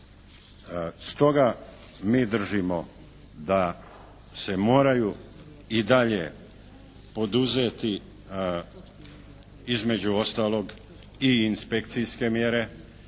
Stoga mi držimo da se moraju i dalje poduzeti između ostalog i inspekcijske mjere.